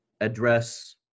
address